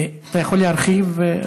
אתה יכול להרחיב?